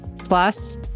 Plus